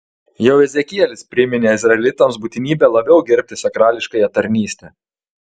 jau ezekielis priminė izraelitams būtinybę labiau gerbti sakrališkąją tarnystę